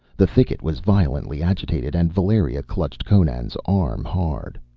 the thicket was violently agitated, and valeria clutched conan's arm hard.